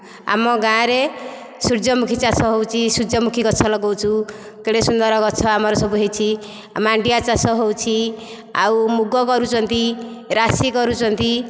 ଆମ ଗାଁ ରେ ସୂର୍ଯ୍ୟମୁଖୀ ଚାଷ ହେଉଛି ସୂର୍ଯ୍ୟମୁଖୀ ଗଛ ଲଗାଉଛୁ କେଡ଼େ ସୁନ୍ଦର ଗଛ ଆମର ସବୁ ହୋଇଛି ମାଣ୍ଡିଆ ଚାଷ ହେଉଛି ଆଉ ମୁଗ କରୁଛନ୍ତି ରାଶି କରୁଛନ୍ତି